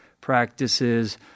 practices